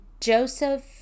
joseph